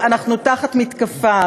אנחנו תחת מתקפה.